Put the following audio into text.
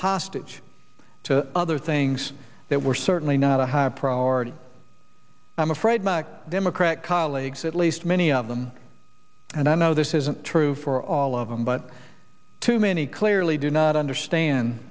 hostage to other things that were certainly not a high priority i'm afraid my democrat colleagues at least many of them and i know this isn't true for all of them but too many clearly do not understand